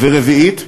ורביעית,